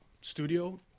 studio